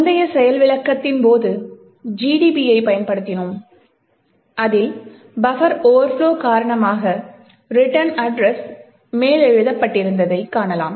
முந்தைய செயல் விளக்கத்தின் போது GDBயைப் பயன்படுத்தினோம் அதில் பஃபர் ஓவர்ப்லொ காரணமாக ரிட்டர்ன் அட்ரஸ் மேலெழுதப்பட்டிருப்பதைக் காணலாம்